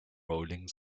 rolling